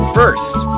first